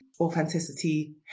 authenticity